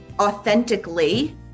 authentically